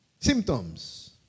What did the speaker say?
Symptoms